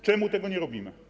Czemu tego nie robimy?